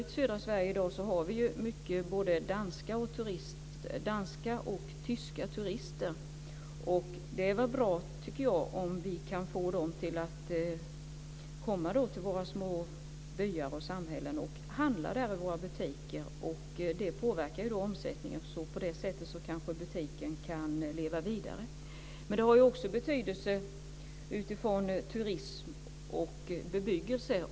I södra Sverige har vi många danska och tyska turister. Och jag tycker att det är bra om vi kan få dem att komma till våra små byar och samhällen och handla i våra butiker, vilket påverkar omsättningen. På det viset kanske butiken kan leva vidare. Men det har också betydelse för turismen och bebyggelsen.